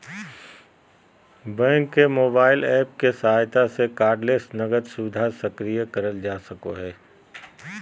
bank के mobile app के सहायता से कार्डलेस नकद सुविधा सक्रिय करल जा सको हय